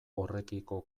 horrekiko